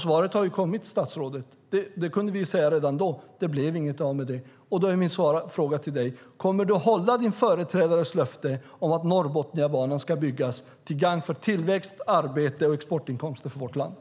Svaret har ju kommit, statsrådet - och vi kunde säga redan då att det skulle bli så - att det blev inget av med det. Då är min fråga till dig: Kommer du att hålla din företrädares löfte om att Norrbotniabanan ska byggas till gagn för tillväxt, arbete och exportinkomster för vårt land?